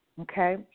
okay